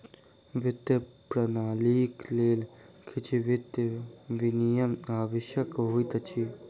वित्तीय प्रणालीक लेल किछ वित्तीय विनियम आवश्यक होइत अछि